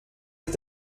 est